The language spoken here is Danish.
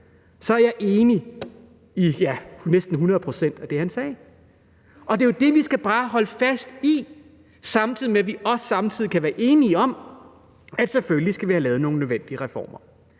så jeg er enig i næsten hundrede procent af det, han sagde. Og det er jo det, vi bare skal holde fast i, samtidig med at vi også kan være enige om, at selvfølgelig skal vi have lavet nogle nødvendige reformer.